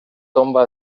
tomba